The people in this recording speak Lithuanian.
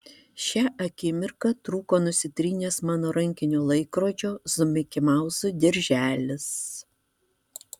šią akimirką trūko nusitrynęs mano rankinio laikrodžio su mikimauzu dirželis